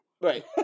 Right